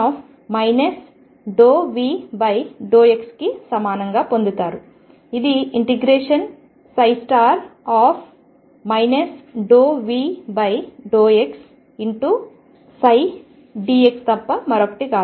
⟨ ∂V∂x⟩కి సమానంగా పొందుతారు ఇది ∂V∂xψ dx తప్ప మరొకటి కాదు